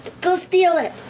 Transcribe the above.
go steal it.